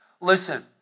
listen